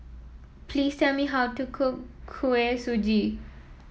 please tell me how to cook Kuih Suji